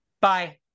Bye